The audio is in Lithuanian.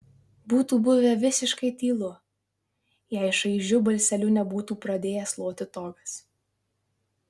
būtų buvę visiškai tylu jei šaižiu balseliu nebūtų pradėjęs loti togas